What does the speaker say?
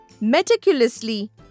meticulously